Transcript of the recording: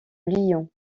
lyon